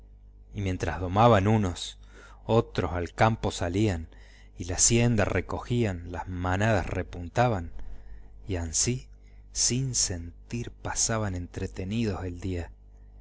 y mientras domaban unos otros al campo salían y la hacienda recogían las manadas repuntaban y ansí sin sentir pasaban entretenidos el día